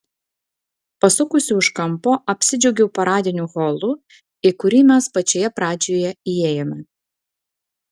pasukusi už kampo apsidžiaugiau paradiniu holu į kurį mes pačioje pradžioje įėjome